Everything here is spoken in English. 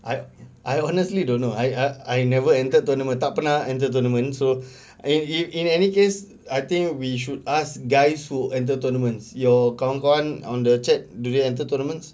I I honestly don't know I I never entered tournament tak pernah enter tournament so in in in any case I think we should ask guys who entered tournaments your kawan-kawan on the chat do they entered tournaments